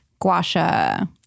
guasha